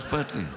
מה אכפת לי?